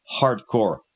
hardcore